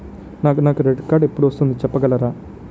నాకు నా credit card ఎపుడు వస్తుంది చెప్పగలరా?